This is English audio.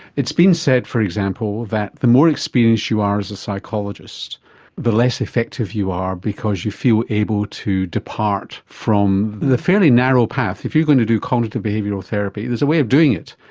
it's been said, for example, that the more experienced you are as a psychologist the less effective you are because you feel able to depart from the fairly narrow path, if you're going to do cognitive behavioural therapy there is a way of doing it,